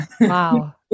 Wow